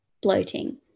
bloating